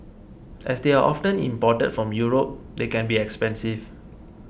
as they are often imported from Europe they can be expensive